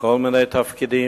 בכל מיני תפקידים,